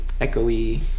echoey